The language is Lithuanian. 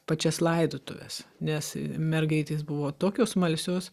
pačias laidotuves nes mergaitės buvo tokios smalsios